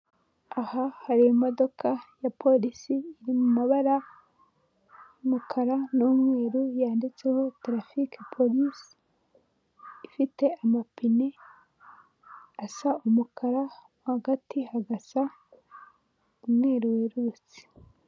Aha hari imodoka ya porisi iri mu mabara y'umukara n'umweru yanditseho turafike porice( traffic police) ifite amapine asa umukara hagati hagasa umweru werurutse.